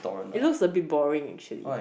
it looks a bit boring actually